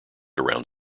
around